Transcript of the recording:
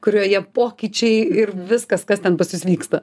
kurioje pokyčiai ir viskas kas ten pas jus vyksta